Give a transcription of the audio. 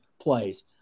plays